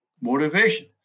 motivation